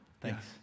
Thanks